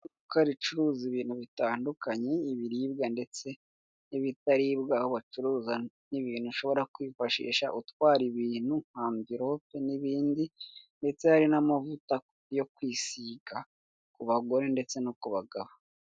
Iduka ricuruza ibintu bitandukanye ibiribwa ndetse n'ibitaribwa, aho bacuruza n'ibintu ushobora kwifashisha utwara ibintu nka amverope n'ibindi ndetse hari n'amavuta yo kwisiga ku bagore ndetse no ku bagabo.